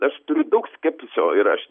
aš turiu daug skepsio ir aš